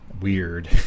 Weird